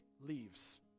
leaves